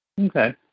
Okay